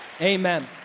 Amen